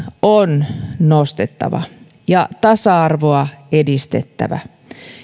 on nostettava ja tasa arvoa edistettävä